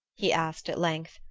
he asked at length,